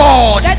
God